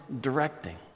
directing